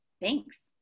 Thanks